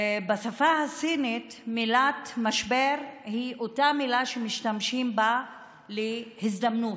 בשפה הסינית המילה "משבר" היא אותה מילה שמשתמשים בה ל"הזדמנות",